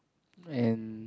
and